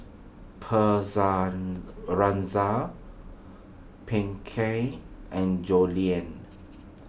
Pinkey and Julien